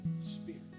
Spirit